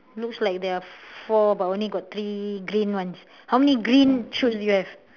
looks like there are four but only got three green ones how many green chutes do you have